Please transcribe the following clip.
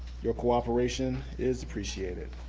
your cooperation is appreciated.